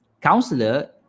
Counselor